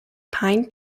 pine